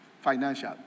financial